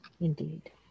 indeed